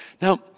Now